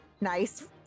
nice